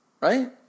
Right